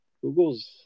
Google's